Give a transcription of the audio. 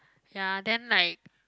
ya then like